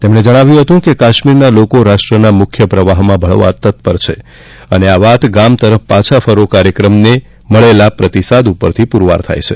તેમણે જણાવ્યું હતું કે કાશ્મીરના લોકો રાષ્ટ્રના મુખ્ય પ્રવાહમાં ભળવા તત્પર છે અને આ વાત ગામ તરફ પાછા ફરો કાર્યક્રમની મળેલા પ્રતિસાદ પુરવાર થાય છે